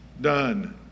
done